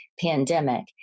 pandemic